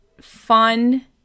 fun